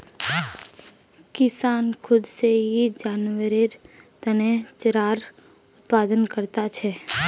किसान खुद से ही जानवरेर तने चारार उत्पादन करता छे